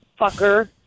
fucker